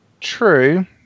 True